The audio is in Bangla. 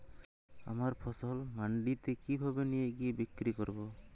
আমার ফসল মান্ডিতে কিভাবে নিয়ে গিয়ে বিক্রি করব?